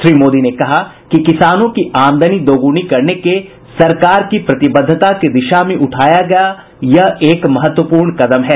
श्री मोदी ने कहा कि किसानों की आमदनी दोगुनी करने के सरकार की प्रतिबद्धता की दिशा में उठाया गया यह एक महत्वपूर्ण कदम है